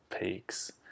peaks